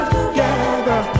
together